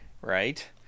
right